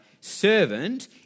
servant